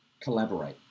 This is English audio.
Collaborate